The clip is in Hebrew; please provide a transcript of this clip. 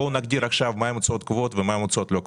בואו נגדיר עכשיו מה הן הוצאות קבועות ומה הן הוצאות לא קבועות.